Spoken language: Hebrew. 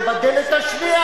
ובדלת השנייה,